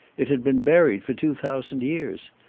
it had been buried for two thousand years.